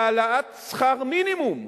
להעלאת שכר מינימום,